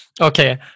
Okay